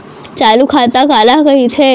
चालू खाता काला कहिथे?